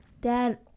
dad